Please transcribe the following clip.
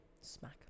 Smack